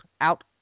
out